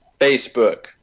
facebook